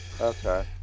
Okay